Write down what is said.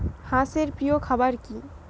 হাঁস এর প্রিয় খাবার কি?